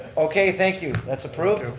okay, thank you, that's approved.